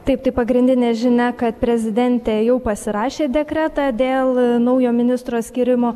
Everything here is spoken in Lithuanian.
taip tai pagrindinė žinia kad prezidentė jau pasirašė dekretą dėl naujo ministro skyrimo